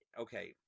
okay